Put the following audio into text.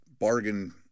bargain